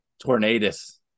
tornadoes